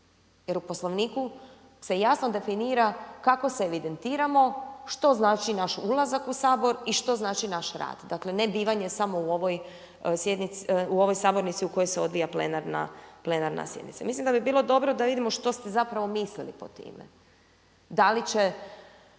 Jer u Poslovniku se jasno definira kako se evidentiramo, što znači naš ulazak u Sabor i što znači naš rad. Dakle ne bivanje samo u ovoj sabornici u kojoj se odvija plenarna sjednica. Mislim da bi bilo dobro da vidimo što ste zapravo mislili pod time. Da li će